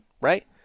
Right